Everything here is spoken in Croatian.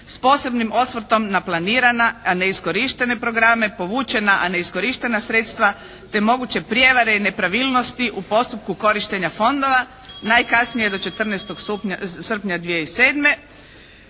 s posebnim osvrtom na planirana a neiskorištene programe, povučena a neiskorištena sredstva te moguće prijevare i nepravilnosti u postupku korištenja fondova, najkasnije do 14. srpnja 2007.